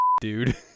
dude